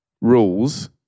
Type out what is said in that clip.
rules